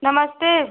नमस्ते